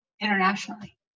internationally